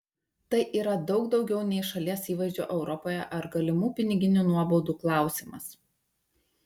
tai yra daug daugiau nei šalies įvaizdžio europoje ar galimų piniginių nuobaudų klausimas